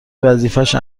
وظیفهش